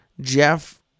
Jeff